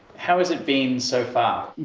how has it been so far?